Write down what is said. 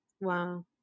Wow